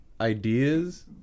ideas